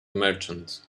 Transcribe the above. merchant